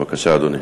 בבקשה, אדוני.